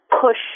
push